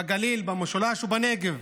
בגליל, במשולש ובנגב,